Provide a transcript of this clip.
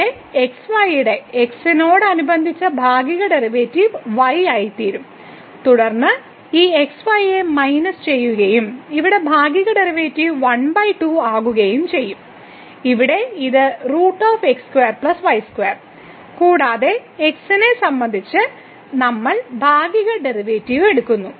ഇവിടെ xy യുടെ x നോടനുബന്ധിച്ച് ഭാഗിക ഡെറിവേറ്റീവ് y ആയിത്തീരും തുടർന്ന് ഈ xy യെ മൈനസ് ചെയ്യുകയും ഇവിടെ ഭാഗിക ഡെറിവേറ്റീവ് 12 ആകുകയും ചെയ്യും ഇവിടെ ഇത് കൂടാതെ x നെ സംബന്ധിച്ച് നമ്മൾ ഭാഗിക ഡെറിവേറ്റീവ് എടുക്കുന്നു